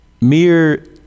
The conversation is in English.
mere